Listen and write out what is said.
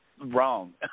wrong